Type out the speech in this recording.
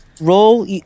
Roll